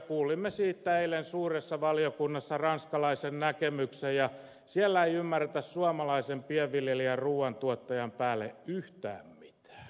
kuulimme siitä eilen suuressa valiokunnassa ranskalaisen näkemyksen ja siellä ei ymmärretä suomalaisen pienviljelijän ruuantuottajan päälle yhtään mitään